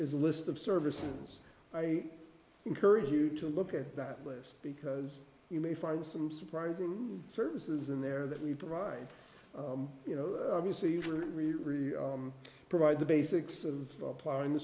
is a list of services i encourage you to look at that list because you may find some surprising services in there that we provide you know is a really really provide the basics of applying the